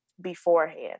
beforehand